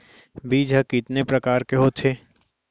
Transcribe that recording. बीज ह कितने प्रकार के होथे?